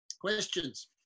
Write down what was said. Questions